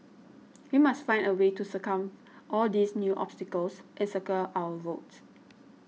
we must find a way to circumvent all these new obstacles and secure our votes